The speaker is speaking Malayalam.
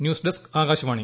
news desk Akashvani